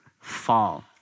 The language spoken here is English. fall